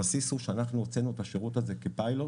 הבסיס הוא שאנחנו הוצאנו את השירות הזה כפיילוט